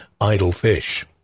Idlefish